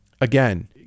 again